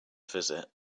visit